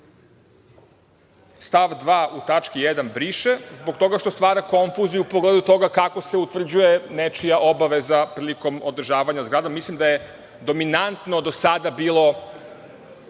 stav 2. u tački 1. briše, zbog toga što stvara konfuziju u pogledu toga kako se utvrđuje nečija obaveza prilikom održavanja zgrade, mislim da je dominantan princip do sada bio,